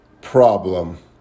problem